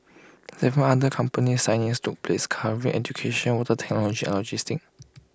Seven other company signings took place covering education water technology and logistics